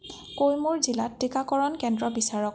কৈমুৰ জিলাত টীকাকৰণ কেন্দ্ৰ বিচাৰক